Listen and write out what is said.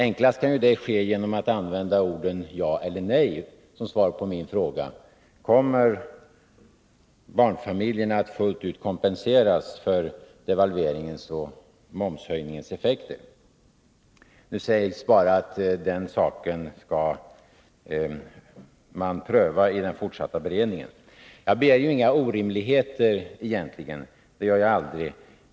Enklast kan ju det ske genom att använda orden ja eller nej som svar på min fråga: Kommer barnfamiljerna att fullt ut kompenseras för devalveringens och momshöjningens effekter? Nu sägs bara att den saken skall man prövai den fortsatta beredningen. Jag begär ju inga orimligheter — det gör jag aldrig.